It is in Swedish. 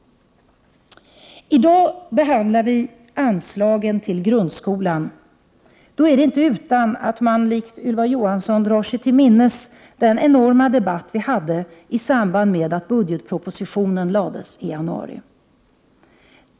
I dag behandlar vi anslagen till grundskolan. Då är det inte utan att man i likhet med Ylva Johansson drar sig till minnes den enorma debatt vi hade i samband med att budgetpropositionen lades fram i januari.